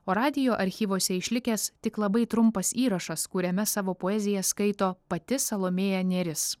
o radijo archyvuose išlikęs tik labai trumpas įrašas kuriame savo poeziją skaito pati salomėja nėris